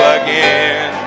again